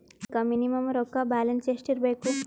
ಖಾತಾ ತೇರಿಲಿಕ ಮಿನಿಮಮ ರೊಕ್ಕ ಬ್ಯಾಲೆನ್ಸ್ ಎಷ್ಟ ಇರಬೇಕು?